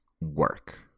work